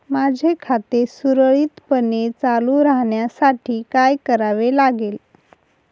माझे खाते सुरळीतपणे चालू राहण्यासाठी काय करावे लागेल?